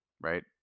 right